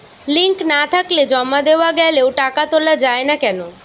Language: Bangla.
লিঙ্ক না থাকলে জমা দেওয়া গেলেও টাকা তোলা য়ায় না কেন?